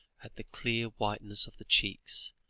at the clear whiteness of the cheeks,